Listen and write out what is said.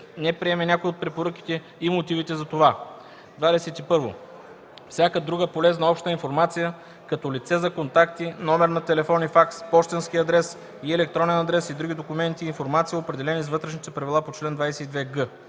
не приеме някоя от препоръките – и мотивите за това; 21. всякаква друга полезна обща информация, като лице за контакти, номер на телефон и факс, пощенски адрес и електронен адрес и други документи и информация, определени с вътрешните правила по чл. 22г.